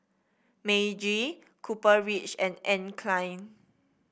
Meiji Copper Ridge and Anne Klein